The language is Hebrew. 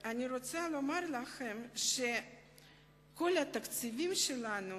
אני רוצה לומר לכם שכל התקציבים שלנו